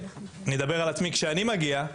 ואדבר על עצמי כשאני מגיע,